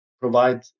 provide